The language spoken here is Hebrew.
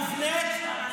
כשאצבע אחת מופנית,